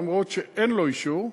אף-על-פי שאין לו אישור,